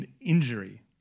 injury